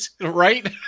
right